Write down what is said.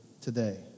today